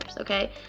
okay